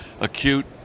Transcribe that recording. acute